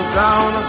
down